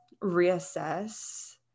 reassess